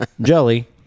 jelly